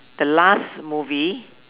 the last movie